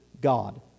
God